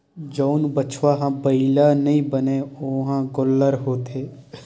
जउन बछवा ह बइला नइ बनय ओ ह गोल्लर होथे